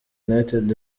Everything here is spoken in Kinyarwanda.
united